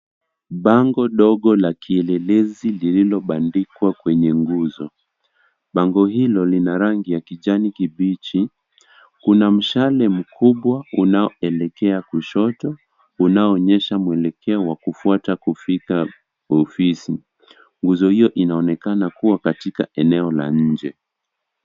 Bango ndogo la kielelezi lililobadikwa kwenye nguzo. Bango ilo lina rangi ya kijani kibichi, kuna mshale mkubwa unaoelekea kushoto, unaoonyesha muelekeo wakufuata kufika kwa ofisi. Nguzo hio inaonekana kuwa katika eneo la nje.